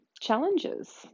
challenges